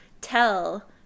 tell